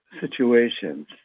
situations